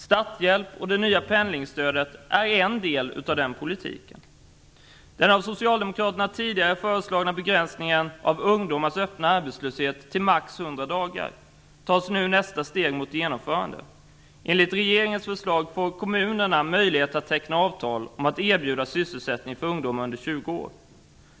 Starthjälp och det nya pendlingsstödet är en del av den politiken. I den av Socialdemokraterna tidigare föreslagna begränsningen av ungdomars öppna arbetslöshet till maximalt 100 dagar tas nu nästa steg mot genomförande. Enligt regeringens förslag får kommunerna möjlighet att teckna avtal om att erbjuda sysselsättning för ungdomar under 20 år.